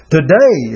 Today